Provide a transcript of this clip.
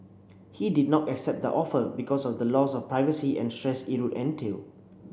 he did not accept the offer because of the loss of privacy and stress it would entail